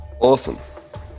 Awesome